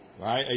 Right